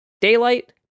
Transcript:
Daylight